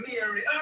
Mary